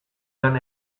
lan